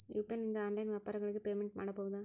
UPI ನಿಂದ online ವ್ಯಾಪಾರಗಳಿಗೆ payment ಮಾಡಬಹುದಾ?